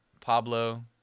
Pablo